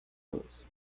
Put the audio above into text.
los